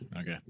okay